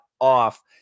off